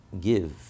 give